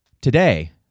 today